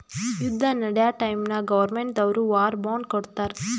ಯುದ್ದ ನಡ್ಯಾ ಟೈಮ್ನಾಗ್ ಗೌರ್ಮೆಂಟ್ ದವ್ರು ವಾರ್ ಬಾಂಡ್ ಕೊಡ್ತಾರ್